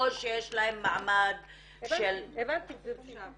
או שיש להן מעמד של --- הבנתי גבירתי.